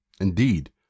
Indeed